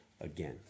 again